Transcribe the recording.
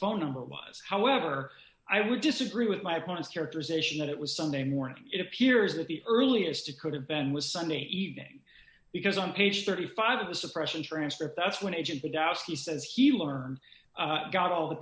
phone number was however i would disagree with my opponent's characterization that it was sunday morning it appears that the earliest it could have been was sunday evening because on page thirty five of the suppression transcript that's when agent the doubts he says he learned got all the